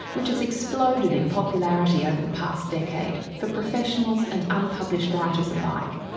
which has exploded in popularity over the past decade, for professionals and unpublished writers alike.